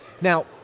Now